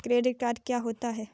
Credit card क्या होता है?